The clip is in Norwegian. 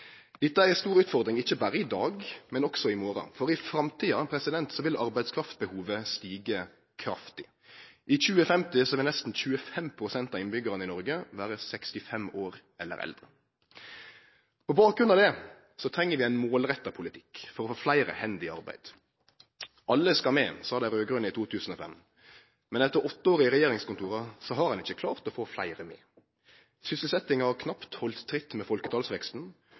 Dette er ei stor utfordring, ikkje berre i dag, men også i morgon. I framtida vil arbeidskraftbehovet stige kraftig. I 2050 vil nesten 25 pst. av innbyggjarane i Noreg vere 65 år eller eldre. På bakgrunn av det treng vi ein målretta politikk for å få fleire hender i arbeid. Alle skal med, sa dei raud-grøne i 2005. Men etter åtte år i regjeringskontora har ein ikkje klart å få fleire med. Sysselsetjinga har knapt halde tritt med folketalsveksten,